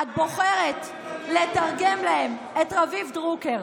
את בוחרת לתרגם להם את רביב דרוקר,